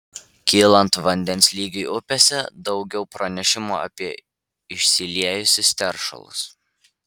kylant vandens lygiui upėse daugiau pranešimų apie išsiliejusius teršalus